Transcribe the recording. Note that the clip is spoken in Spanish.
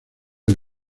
del